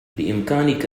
بإمكانك